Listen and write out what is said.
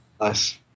Nice